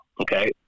okay